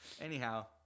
anyhow